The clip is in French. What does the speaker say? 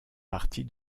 partie